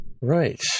Right